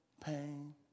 pain